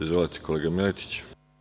Izvolite, kolega Miletiću.